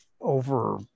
over